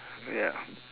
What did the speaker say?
ya